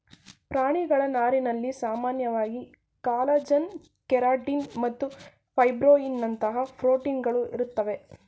ಪ್ರಾಣಿಗಳ ನಾರಿನಲ್ಲಿ ಸಾಮಾನ್ಯವಾಗಿ ಕಾಲಜನ್ ಕೆರಟಿನ್ ಮತ್ತು ಫೈಬ್ರೋಯಿನ್ನಂತಹ ಪ್ರೋಟೀನ್ಗಳು ಇರ್ತವೆ